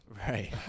Right